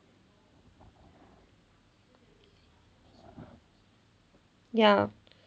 ya